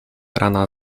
rana